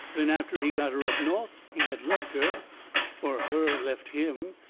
then after he got her up north he had left her or her left him.